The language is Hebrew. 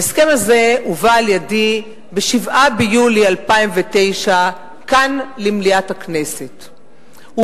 ההסכם הזה הובא על-ידי ב-7 ביולי 2009 למליאת הכנסת כאן,